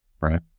right